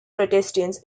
protestants